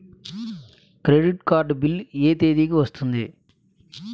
Credit card bill ఎ తేదీ కి వస్తుంది?